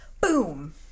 Boom